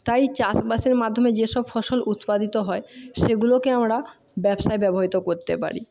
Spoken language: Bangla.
তাই চাষবাসের মাধ্যমে যে সব ফসল উৎপাদিত হয় সেগুলোকে আমরা ব্যবসায় ব্যবহৃত করতে পারি